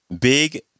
Big